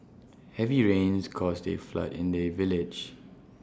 heavy rains caused A flood in the village